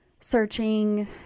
searching